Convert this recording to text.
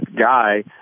guy